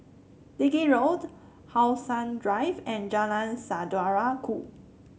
Digby Road How Sun Drive and Jalan Saudara Ku